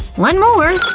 one more!